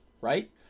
right